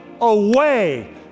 away